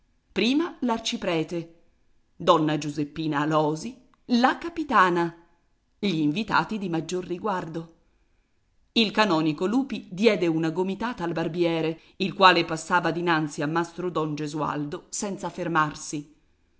prima l'arciprete donna giuseppina alòsi la capitana gli invitati di maggior riguardo il canonico lupi diede una gomitata al barbiere il quale passava dinanzi a mastro don gesualdo senza fermarsi